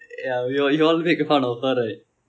ya you you all make fun of her right